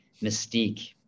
mystique